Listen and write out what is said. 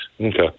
Okay